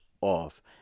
off